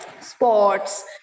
sports